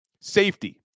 safety